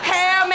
Hair